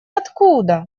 откуда